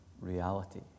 reality